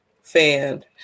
fan